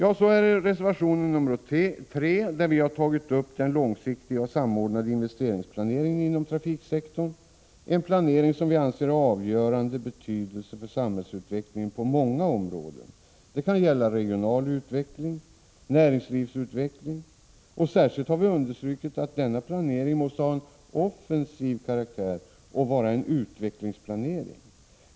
105 I reservation 3 har vi tagit upp frågan om den långsiktiga och samordnade investeringsplaneringen inom trafiksektorn, en planering som vi anser har avgörande betydelse för samhällsutvecklingen på många områden. Det kan gälla regional utveckling, näringslivsutveckling osv. Särskilt har vi understrukit att denna planering måste ha offensiv karaktär och vara en utvecklingsplanering.